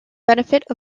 benefit